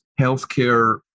healthcare